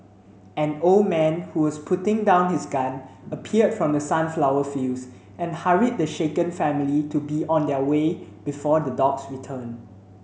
an old man who was putting down his gun appeared from the sunflower fields and hurried the shaken family to be on their way before the dogs return